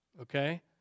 Okay